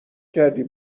کردی